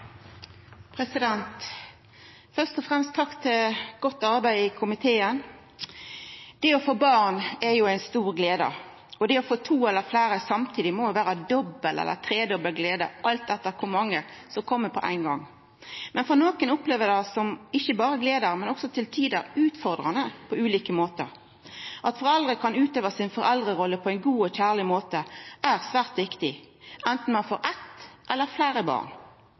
vedtatt. Først og fremst takk for godt arbeid i komiteen. Det å få barn er ei stor glede, og det å få to eller fleire samtidig må jo vera dobbel eller tredobbel glede, alt etter kor mange som kjem på ein gong. Men nokre opplever det ikkje berre som gledeleg, men til tider også som utfordrande på ulike måtar. At foreldre kan utøva foreldrerolla si på ein god og kjærleg måte, er svært viktig, enten ein får eitt eller fleire barn,